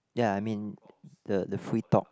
ya I mean the the free talk